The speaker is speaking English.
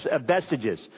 vestiges